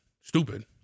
stupid